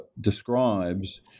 describes